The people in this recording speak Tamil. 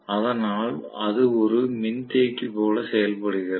அதனால் அது ஒரு மின்தேக்கி போல செயல்படுகிறது